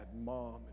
mom